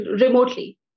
remotely